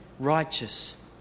Righteous